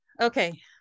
Okay